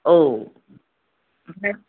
औ ओमफ्राय